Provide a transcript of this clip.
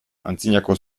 antzinako